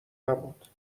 نبود